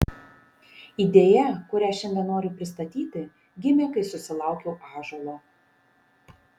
idėja kurią šiandien noriu pristatyti gimė kai susilaukiau ąžuolo